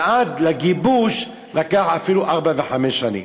ועד לגיבוש עברו אפילו ארבע וחמש שנים.